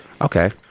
Okay